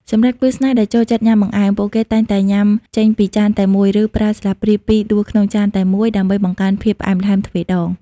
សម្រាប់គូស្នេហ៍ដែលចូលចិត្តញ៉ាំបង្អែម ពួកគេតែងតែញ៉ាំចេញពីចានតែមួយ ឬប្រើស្លាបព្រាពីរដួសក្នុងចានតែមួយ ដើម្បីបង្កើនភាពផ្អែមល្ហែមទ្វេរដង។